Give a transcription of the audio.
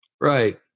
Right